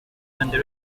and